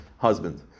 Husband